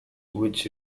which